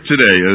today